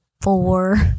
four